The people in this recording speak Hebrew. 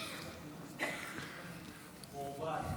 חורבן.